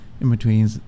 in-between